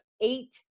eight